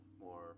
More